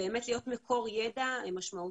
ובאמת להיות מקור ידע משמעותי,